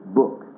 book